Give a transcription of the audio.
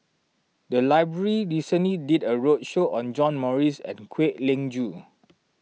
the library recently did a roadshow on John Morrice and Kwek Leng Joo